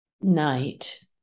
night